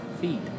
feet